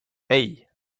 hey